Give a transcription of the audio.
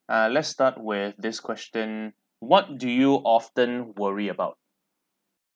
uh let's start with this question what do you often worry about